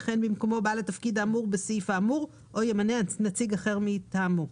יכהן במקומו בעל התפקיד האמור בסעיף האמור או ימנה נציג אחר מטעמו.